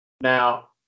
Now